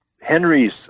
Henry's